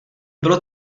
bylo